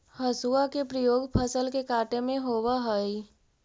हसुआ के प्रयोग फसल के काटे में होवऽ हई